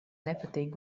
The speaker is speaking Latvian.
nepatīk